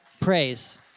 praise